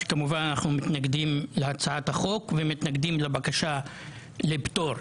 שכמובן אנחנו מתנגדים להצעת החוק ומתנגדים לבקשה לפטור.